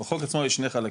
בחוק עצמו יש שני חלקים,